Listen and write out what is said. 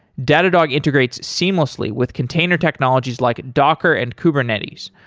datadog integrates seamlessly with container technologies like docker and kubernetes,